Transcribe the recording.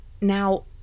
now